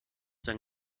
denn